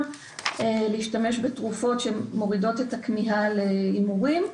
להשתמש בתרופות שמורידות את הכמיהה להימורים.